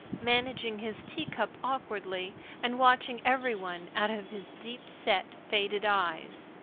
managing his tea-cup awkwardly and watching every one out of his deep-set, faded eyes.